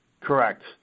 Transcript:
Correct